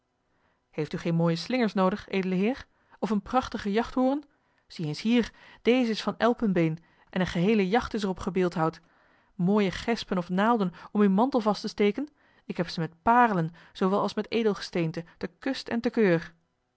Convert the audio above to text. heeft u geene mooie slingers noodig edele heer of een prachtigen jachthoren zie eens hier deze is van elpenbeen en eene geheele jacht is er op gebeeldhouwd mooie gespen of naalden om uw mantel vast te steken ik heb ze met parelen zoowel als met edelgesteente te kust en te keur